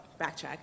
backtrack